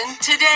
Today